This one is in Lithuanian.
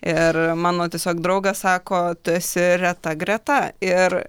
ir mano tiesiog draugas sako tu esi reta greta ir